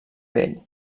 bell